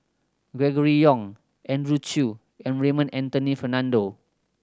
Gregory Yong Andrew Chew and Raymond Anthony Fernando